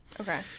Okay